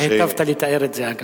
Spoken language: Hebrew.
היטבת לתאר את זה, אגב.